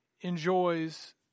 enjoys